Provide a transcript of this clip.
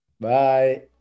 Bye